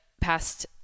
past